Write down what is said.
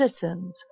citizens